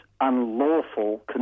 unlawful